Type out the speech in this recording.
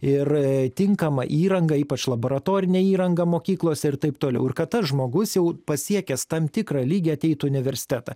ir tinkamą įrangą ypač laboratorinė įranga mokyklose ir taip toliau ir kad tas žmogus jau pasiekęs tam tikrą lygį ateitų į universitetą